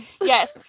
Yes